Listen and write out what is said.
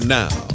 now